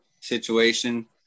situation